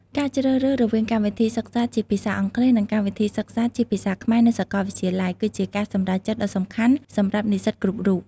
ការជ្រើសរើសរវាងកម្មវិធីសិក្សាជាភាសាអង់គ្លេស និងកម្មវិធីសិក្សាជាភាសាខ្មែរនៅសាកលវិទ្យាល័យ គឺជាការសម្រេចចិត្តដ៏សំខាន់សម្រាប់និស្សិតគ្រប់រូប។